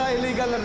illegal